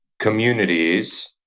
Communities